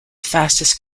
fastest